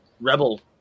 Rebel